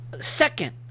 Second